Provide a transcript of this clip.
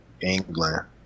England